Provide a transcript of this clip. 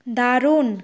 দারুণ